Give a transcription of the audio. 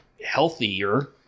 Healthier